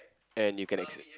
and you can excel